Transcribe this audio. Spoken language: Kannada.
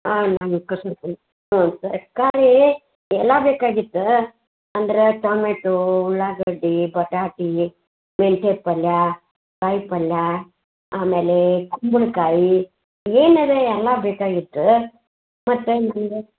ಹಾಂ ತರಕಾರಿ ಎಲ್ಲ ಬೇಕಾಗಿತ್ತು ಅಂದರೆ ಟೊಮ್ಯಾಟೋ ಉಳ್ಳಾಗಡ್ಡಿ ಬಟಾಟೆ ಮೆಂತ್ಯ ಪಲ್ಯ ಕಾಯ್ಪಲ್ಯ ಆಮೇಲೆ ಕುಂಬಳಕಾಯಿ ಏನಾದ್ರು ಎಲ್ಲ ಬೇಕಾಗಿತ್ತು ಮತ್ತು